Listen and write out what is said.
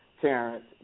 Terrence